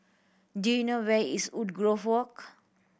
do you know where is Woodgrove Walk